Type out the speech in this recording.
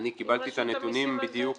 אני קיבלתי את הנתונים בדיוק